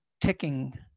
ticking